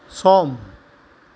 सम